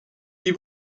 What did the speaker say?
die